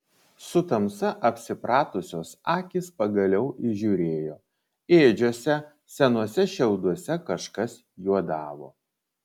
su tamsa apsipratusios akys pagaliau įžiūrėjo ėdžiose senuose šiauduose kažkas juodavo